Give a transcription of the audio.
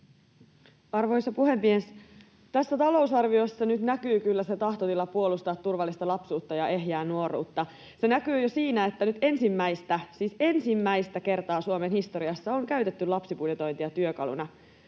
Arvoisa puhemies! Tässä talousarviossa nyt näkyy kyllä tahtotila puolustaa turvallista lapsuutta ja ehjää nuoruutta. Se näkyy jo siinä, että nyt ensimmäistä — siis ensimmäistä — kertaa Suomen historiassa on käytetty lapsibudjetointia työkaluna